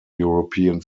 european